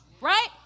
Right